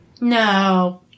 No